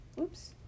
Oops